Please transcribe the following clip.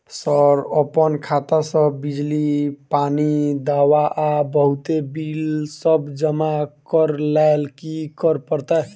Sir अप्पन खाता सऽ बिजली, पानि, दवा आ बहुते बिल सब जमा करऽ लैल की करऽ परतै?